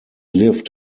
lived